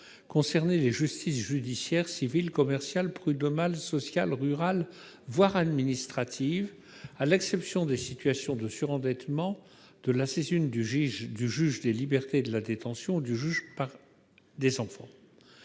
concernait les justices judiciaire, civile, commerciale, prud'homale, sociale, rurale, voire administrative, à l'exception des situations de surendettement, de la saisine du juge des libertés et de la détention et du juge des enfants.